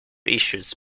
issues